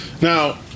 Now